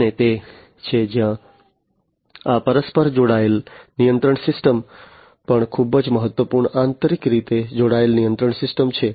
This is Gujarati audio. અને તે છે જ્યાં આ પરસ્પર જોડાયેલ નિયંત્રણ સિસ્ટમ પણ ખૂબ જ મહત્વપૂર્ણ આંતરિક રીતે જોડાયેલ નિયંત્રણ સિસ્ટમ છે